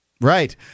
Right